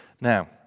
Now